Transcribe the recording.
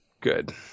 Good